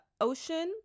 ocean